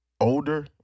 older